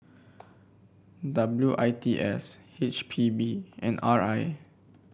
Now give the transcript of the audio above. W I T S H P B and R I